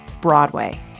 Broadway